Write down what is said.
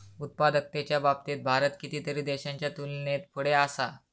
उत्पादकतेच्या बाबतीत भारत कितीतरी देशांच्या तुलनेत पुढे असा